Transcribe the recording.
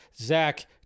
Zach